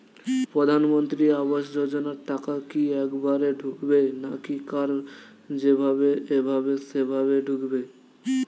প্রধানমন্ত্রী আবাস যোজনার টাকা কি একবারে ঢুকবে নাকি কার যেভাবে এভাবে সেভাবে ঢুকবে?